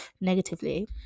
negatively